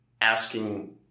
asking